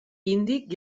índic